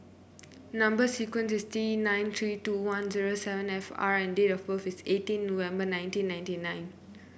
number sequence is T nine three two one zero seven five R and date of birth is eighteen November nineteen ninety nine